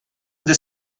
the